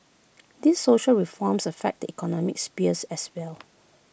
these social reforms affect the economic sphere as well